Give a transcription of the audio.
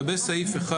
האם בסעיף (1)